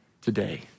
today